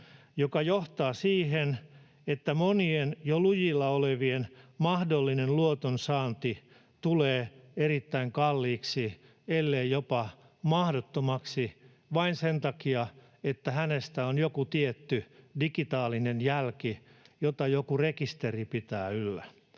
mikä johtaa siihen, että monien jo lujilla olevien mahdollinen luotonsaanti tulee erittäin kalliiksi ellei jopa mahdottomaksi vain sen takia, että hänestä on joku tietty digitaalinen jälki, jota joku rekisteri pitää yllä.